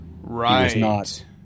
Right